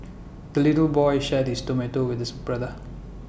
the little boy shared his tomato with his brother